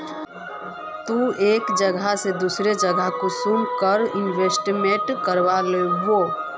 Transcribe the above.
ती एक जगह से दूसरा जगह कुंसम करे इन्वेस्टमेंट करबो?